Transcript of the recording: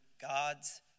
God's